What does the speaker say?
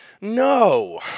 no